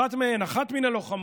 אחת מהן, אחת מן הלוחמות,